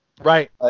Right